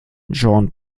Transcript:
jean